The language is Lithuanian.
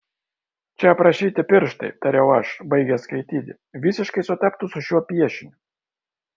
čia aprašyti pirštai tariau aš baigęs skaityti visiškai sutaptų su šiuo piešiniu